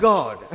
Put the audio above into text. God